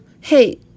Hey